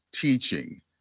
teaching